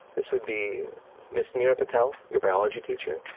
this would be miss neera patel, your biology teacher.